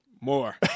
More